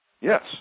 yes